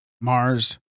Mars